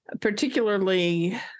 particularly